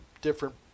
different